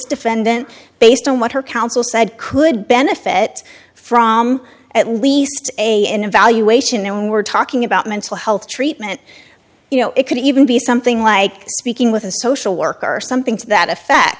defendant based on what her counsel said could benefit from at least a an evaluation when we're talking about mental health treatment you know it could even be something like speaking with a social worker or something to that effect